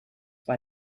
war